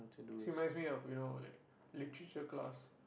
so reminds me of like you know literature class